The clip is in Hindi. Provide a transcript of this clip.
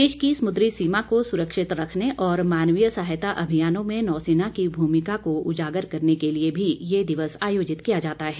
देश की समुद्री सीमा को सुरक्षित रखने और मानवीय सहायता अभियानों में नौसेना की भूमिका को उजागर करने के लिए भी ये दिवस आयोजित किया जाता है